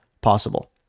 possible